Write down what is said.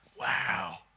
Wow